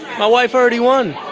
my wife already won,